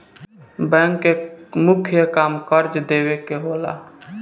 bank के मुख्य काम कर्जा देवे के होला